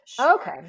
Okay